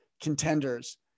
contenders